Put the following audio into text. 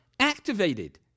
activated